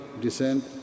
descent